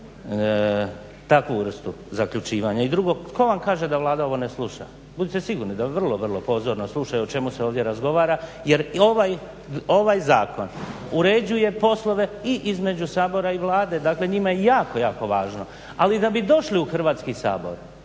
takvu vrstu zaključivanja. I drugo, tko vam kaže da Vlada ovo ne sluša? Budite sigurni da oni vrlo, vrlo pozorno slušaju o čemu se ovdje razgovara jer ovaj zakon uređuje poslove i između Sabora i Vlade. Dakle, njima je jako, jako važno. Ali da bi došli u Hrvatski sabor